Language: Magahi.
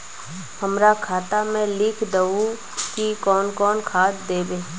हमरा खाता में लिख दहु की कौन कौन खाद दबे?